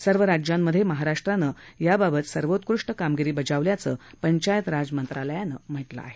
सर्व राज्यांमध्ये महाराष्ट्रानं याबाबत सर्वोत्कृष्ट कामगिरी बजावल्याचं पंचायत राज मंत्रालयानं म्हटलं आहे